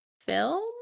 film